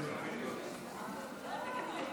קודם כול,